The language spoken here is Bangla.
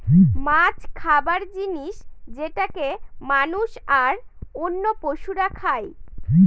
মাছ খাবার জিনিস যেটাকে মানুষ, আর অন্য পশুরা খাই